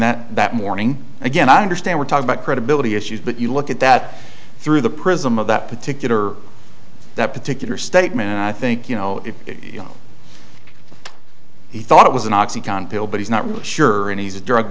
that that morning again i understand we're talking about credibility issues but you look at that through the prism of that particular that particular statement and i think you know if he thought it was an oxycontin but he's not really sure and he's a drug